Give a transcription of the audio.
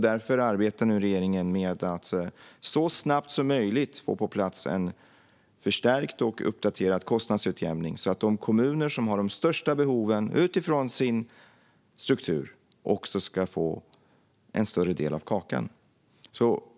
Därför arbetar nu regeringen med att så snabbt som möjligt få på plats en förstärkt och uppdaterad kostnadsutjämning så att de kommuner som har de största behoven utifrån sin struktur också ska få en större del av kakan.